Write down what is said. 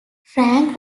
franke